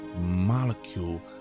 molecule